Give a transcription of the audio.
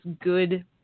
good